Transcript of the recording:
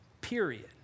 Period